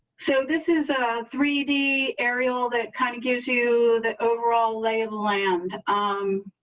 so this is a three d aerial that kind of gives you the overall lay of the land. um,